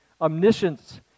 omniscience